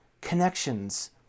connections